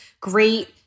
great